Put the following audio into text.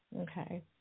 Okay